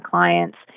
client's